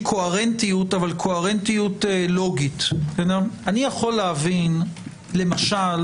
קוהרנטיות אבל קוהרנטיות לוגית: אני יכול להבין למשל,